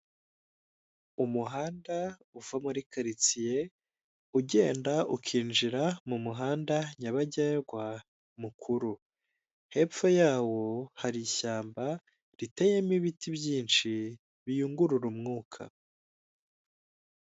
Umuhanda uva muri karitsiye ugenda ukinjira mu muhanda nyabagendwa mukuru, hepfo yawo hari ishyamba riteyemo ibiti byinshi biyungurura umwuka.